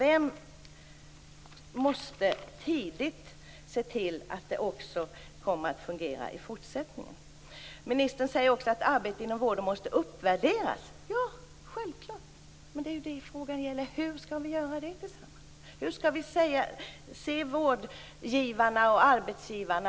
Vi måste tidigt se till att det fungerar också i fortsättningen. Ministern säger också att arbetet inom vården måste uppvärderas. Ja, självklart, men frågan gäller hur vi tillsammans skall göra det. Hur skall vi se på vårdgivarna och arbetsgivarna?